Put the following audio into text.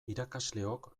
irakasleok